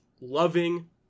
loving